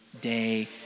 day